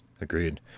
agreed